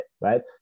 right